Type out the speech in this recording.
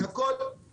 בוודאי, הכל.